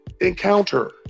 encounter